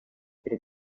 перед